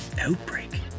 outbreak